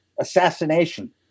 Assassination